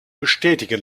bestätigen